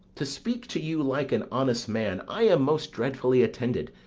to speak to you like an honest man, i am most dreadfully attended.